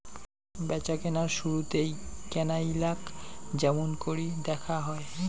ব্যাচাকেনার শুরুতেই কেনাইয়ালাক য্যামুনকরি দ্যাখা হয়